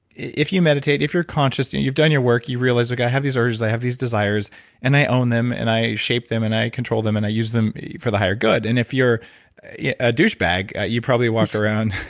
if you meditate, if you're conscious and you've done your work, you realize like, i have these urges, i have these desires and i own them and i shape them and i control them and i use them for the higher good. if you're you're a douche bag, you probably walk around